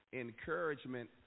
encouragement